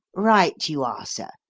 right you are, sir.